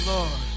Lord